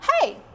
Hey